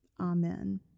Amen